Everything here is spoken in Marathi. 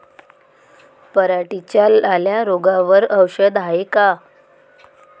पराटीच्या लाल्या रोगावर औषध हाये का?